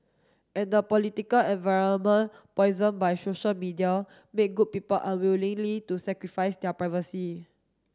and the political environment poison by social media make good people unwillingly to sacrifice their privacy